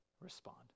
respond